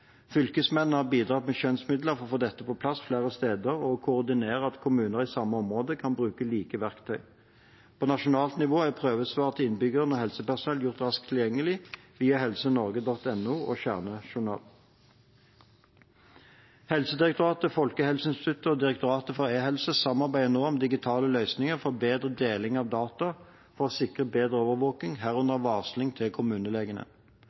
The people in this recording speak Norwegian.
Fylkesmennene har bidratt med skjønnsmidler for å få dette på plass flere steder og koordinerer at kommuner i samme område kan bruke like verktøy. På nasjonalt nivå er prøvesvar til innbyggere og helsepersonell gjort raskt tilgjengelig via helsenorge.no og kjernejournal. Helsedirektoratet, Folkehelseinstituttet og Direktoratet for e-helse samarbeider nå om digitale løsninger for bedre deling av data for å sikre bedre overvåking, herunder varsling til kommunelegene.